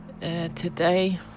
Today